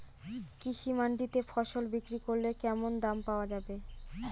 কৃষি মান্ডিতে ফসল বিক্রি করলে কেমন দাম পাওয়া যাবে?